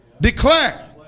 declare